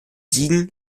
siegen